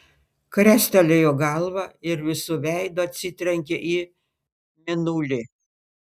krestelėjo galvą ir visu veidu atsitrenkė į mėnulį